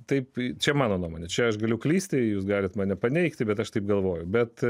taip čia mano nuomone čia aš galiu klysti jūs galite mane paneigti bet aš taip galvoju bet